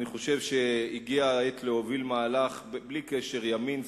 ואני חושב שהגיעה העת להוביל מהלך בלי קשר לימין,